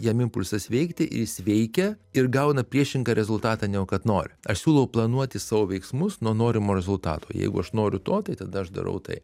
jiem impulsas veikti ir jis veikia ir gauna priešingą rezultatą negu kad nori aš siūlau planuoti savo veiksmus nuo norimo rezultato jeigu aš noriu to tai tada aš darau tai